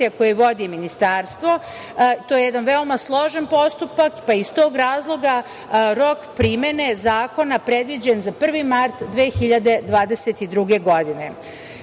koje vodi ministarstvo. To je jedan veoma složen postupak pa iz tog razloga rok primene zakona predviđen je za 1. mart 2022.